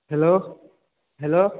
hello hello